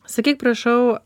sakyk prašau